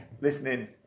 listening